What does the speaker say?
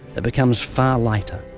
it becomes far lighter.